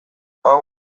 hau